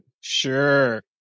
Sure